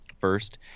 first